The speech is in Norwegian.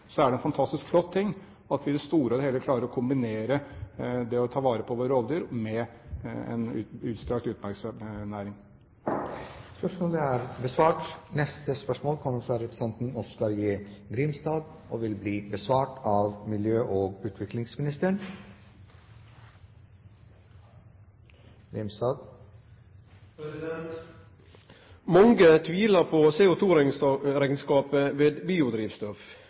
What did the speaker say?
er det en fantastisk flott ting at vi i det store og hele klarer å kombinere det å ta vare på våre rovdyr med en utstrakt utmarksnæring. «Mange tviler på CO2-regnskapet ved biodrivstoff. I tillegg har Teknisk Ukeblad 11. november i år omtalt mulige negative helseeffekter ved bruk av biodiesel, mens Dagens Næringsliv har etterlyst bedre bærekraftskriterier. Biodrivstoff